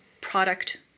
product